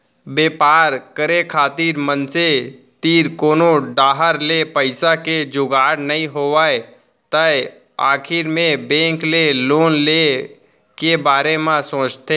बेपार करे खातिर मनसे तीर कोनो डाहर ले पइसा के जुगाड़ नइ होय तै आखिर मे बेंक ले लोन ले के बारे म सोचथें